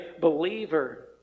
believer